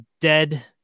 dead